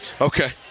Okay